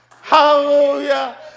Hallelujah